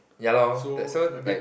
ya lor that so like